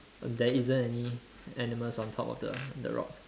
there isn't any animals on top of the the rock